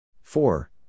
four